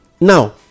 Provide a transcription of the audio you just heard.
now